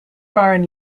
foreign